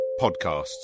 podcasts